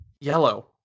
Yellow